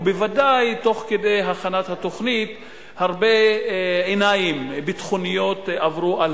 ובוודאי תוך כדי הכנת התוכנית הרבה עיניים ביטחוניות עברו על